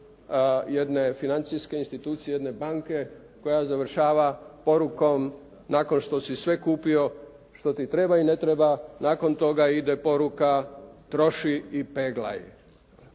jedne financijske institucije, jedne banke koja završava porukom nakon što si sve kupio, što ti treba i ne treba, nakon toga ide poruka troši i peglaj.